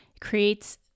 creates